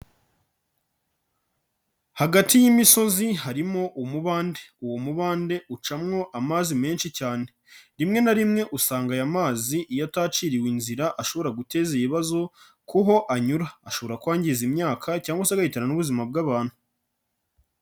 Hagati y'imisozi harimo umubande. Uwo mubande ucamwo amazi menshi cyane. Rimwe na rimwe usanga aya mazi iyo ataciriwe inzira ashobora guteza ibibazo, ku ho anyura. Ashobora kwangiza imyaka cyangwa se agahitana n'ubuzima bw'abantu.